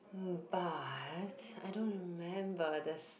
but I don't remember the